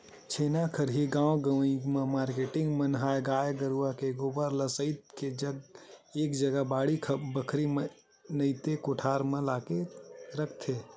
छेना खरही गाँव गंवई म मारकेटिंग मन ह गाय गरुवा के गोबर ल सइत के एक जगा बाड़ी बखरी नइते कोठार म लाके रखथे